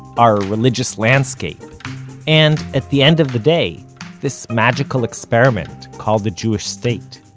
our religious landscape and at the end of the day this magical experiment called the jewish state.